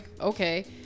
okay